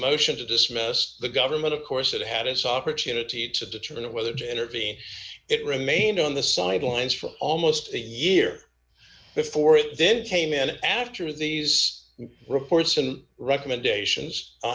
motion to dismiss the government of course it had its opportunity to determine whether to intervene it remained on the sidelines for almost a year before it then came in after these reports and recommendations